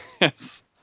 Yes